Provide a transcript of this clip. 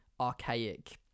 archaic